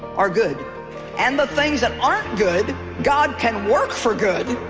are good and the things that aren't good god can work for good